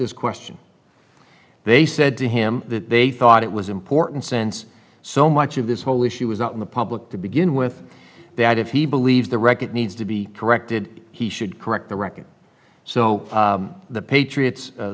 this question they said to him that they thought it was important since so much of this whole issue was out in the public to begin with that if he believes the record needs to be corrected he should correct the record so the patriots